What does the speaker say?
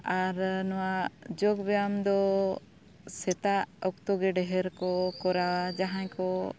ᱟᱨ ᱱᱚᱣᱟ ᱡᱳᱜᱽ ᱵᱮᱭᱟᱢ ᱫᱚ ᱥᱮᱛᱟᱜ ᱚᱠᱛᱚᱼᱜᱮ ᱰᱷᱮᱨ ᱠᱚ ᱠᱚᱨᱟᱣᱟ ᱡᱟᱦᱟᱸᱭ ᱠᱚ